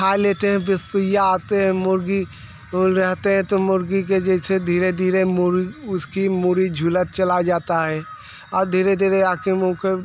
खा लेते हैं बिसतुइया आते हैं मुर्गी वह रहते हैं तो मुर्गी के जैसे धीरे धीरे मूर उसकी मुड़ी झुलत चला जाता है और धीरे धीरे आकर मुँह के